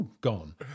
gone